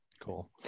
Cool